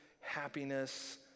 happiness